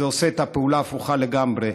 זה עושה את הפעולה ההפוכה לגמרי.